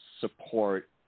support